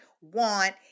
want